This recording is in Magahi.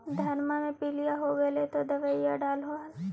धनमा मे पीलिया हो गेल तो दबैया डालो हल?